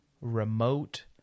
remote